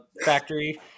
factory